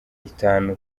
itanu